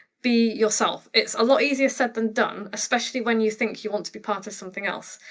be yourself. it's a lot easier said than done especially when you think you want to be part of something else.